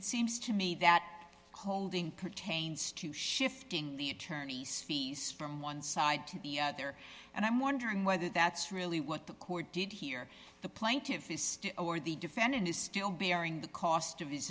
it seems to me that holding pertains to shifting the attorney's fees from one side to the other and i'm wondering whether that's really what the court did here the plaintiffs this hour the defendant is still bearing the cost of his